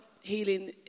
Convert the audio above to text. healing